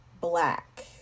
black